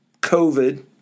COVID